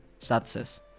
statuses